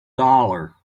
dollar